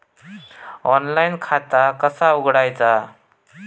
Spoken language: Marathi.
ऑनलाइन खाता कसा उघडायचा?